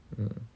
mm